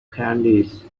candies